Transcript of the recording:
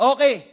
Okay